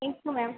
thank you ma'am